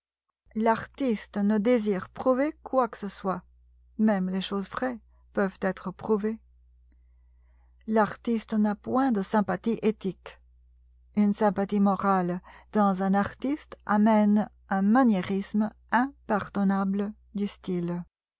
l'artiste ne désire prouver quoi que ce soit même les choses vraies peuvent être prouvées l'artiste n'a point de sympathies éthiques une sympathie morale dans un artiste amène un maniérisme impardonnable du style